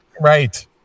Right